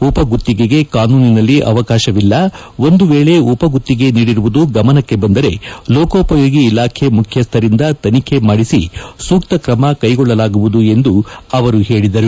ಉಪಗುತ್ತಿಗೆಗೆ ಕಾನೂನಿನಲ್ಲಿ ಅವಕಾಶವಿಲ್ಲ ಒಂದು ವೇಳಿ ಉಪ ಗುತ್ತಿಗೆ ನೀಡಿರುವುದು ಗಮನಕ್ಕೆ ಬಂದರೆ ಲೋಕೋಪಯೋಗಿ ಇಲಾಖೆ ಮುಖ್ಯಸ್ಥರಿಂದ ತನಿಖೆ ಮಾಡಿಸಿ ಸೂಕ್ತ ಕ್ರಮ ಕೈಗೊಳ್ಳಲಾಗುವುದು ಎಂದು ತಿಳಿಸಿದರು